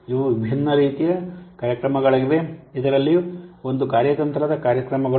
ಇವು ವಿಭಿನ್ನ ರೀತಿಯ ಕಾರ್ಯಕ್ರಮಗಳಾಗಿವೆ ಇದರಲ್ಲಿ ಒಂದು ಕಾರ್ಯತಂತ್ರದ ಕಾರ್ಯಕ್ರಮಗಳು